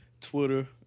Twitter